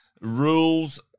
rules